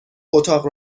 اتاق